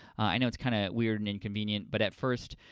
i know it's kind of weird and inconvenient. but, at first,